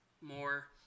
more